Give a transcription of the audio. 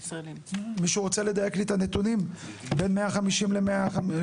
מישהו רוצה לדייק לי את הנתונים בין 150 ל-120?